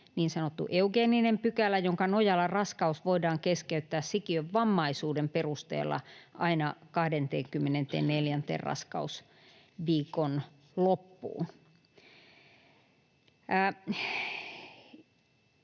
eugeenisen pykälän, jonka nojalla raskaus voidaan keskeyttää sikiön vammaisuuden perusteella aina 24. raskausviikon loppuun.